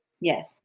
Yes